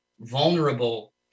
vulnerable